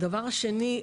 הדבר השני,